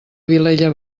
vilella